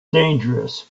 dangerous